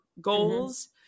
goals